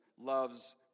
Love's